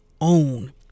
own